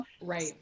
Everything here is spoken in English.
right